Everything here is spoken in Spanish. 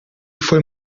fue